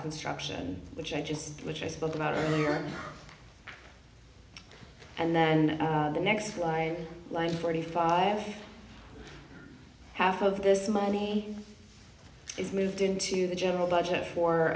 construction which i just which i spoke about earlier and then the next line like forty five half of this money is moved into the general budget for